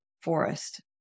forest